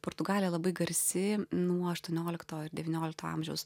portugalija labai garsi nuo aštuoniolikto devyniolikto amžiaus